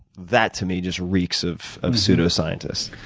that to me just reeks of of pseudoscientists.